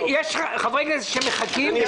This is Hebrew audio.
יש חברי כנסת שמחכים בשקט.